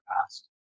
past